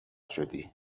شدی